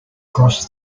cross